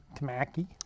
Tamaki